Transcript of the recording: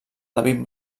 david